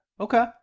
okay